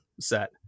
set